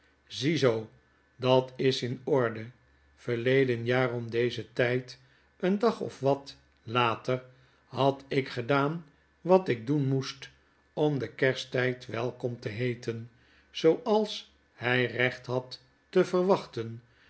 ziezoo dat s in orde verleden jaar om dezen tijd een dag of wat later had ik gedaan wat ik doen moest om den kersttyd welkom te heeten zooals hy recht had te verwachten